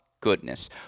goodness